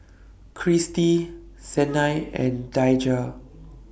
Cristy Sanai and Daija